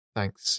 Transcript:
Thanks